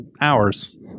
hours